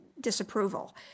disapproval